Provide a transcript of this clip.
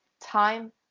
time